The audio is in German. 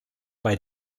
bei